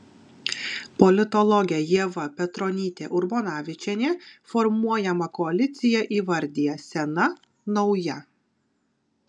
politologė ieva petronytė urbonavičienė formuojamą koaliciją įvardija sena nauja